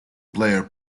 player